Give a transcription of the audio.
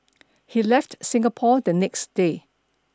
he left Singapore the next day